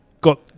got